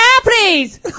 please